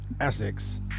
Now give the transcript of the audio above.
Essex